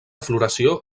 floració